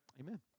Amen